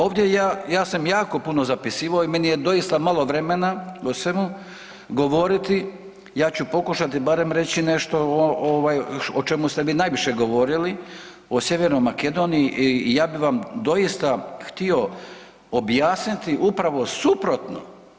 Ovdje ja, ja sam jako puno zapisivao i meni je doista malo vremena o svemu govoriti, ja ću pokušati bare reći nešto o čemu ste vi najviše govorili o Sjevernoj Makedoniji i ja bi vam doista htio objasniti upravo suprotno.